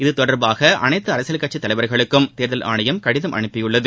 இது தொடர்பாக அனைத்து அரசியல் கட்சித் தலைவாகளுக்கும் தேர்தல் ஆணையம் கடிதம் அப்பியுள்ளது